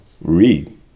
read